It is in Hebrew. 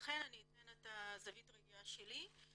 לכן אני אתן את זווית הראייה שלי.